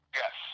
yes